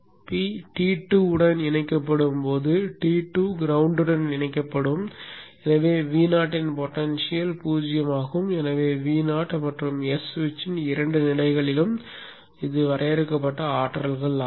P T2 உடன் இணைக்கப்படும் போது T2 கிரௌண்ட்வுடன் இணைக்கப்படும் எனவே Vo இன் பொடென்ஷியல் 0 ஆகும் எனவே Vo S சுவிட்சின் இரண்டு நிலைகளிலும் வரையறுக்கப்பட்ட ஆற்றல்களை கொண்டிருக்கிறது